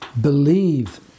Believe